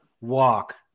walk